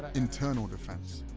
internal defense.